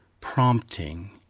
prompting